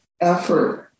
effort